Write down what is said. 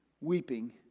weeping